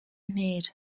ntera